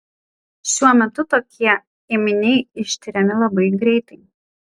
šiuo metu tokie ėminiai ištiriami labai greitai